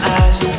eyes